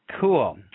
Cool